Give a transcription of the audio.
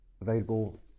available